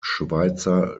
schweizer